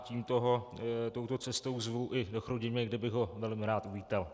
Tímto ho touto cestou zvu i do Chrudimi, kde bych ho velmi rád uvítal.